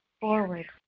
forward